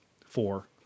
four